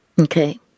Okay